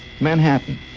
manhattan